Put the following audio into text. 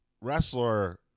wrestler